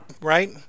Right